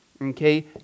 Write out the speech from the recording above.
Okay